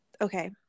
Okay